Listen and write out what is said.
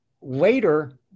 later